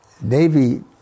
Navy